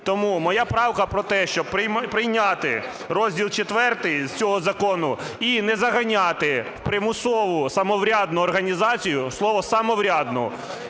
Тому моя правка про те, щоб прийняти розділ IV з цього закону і не заганяти в примусову самоврядну організацію (слово "самоврядну"),